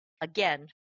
Again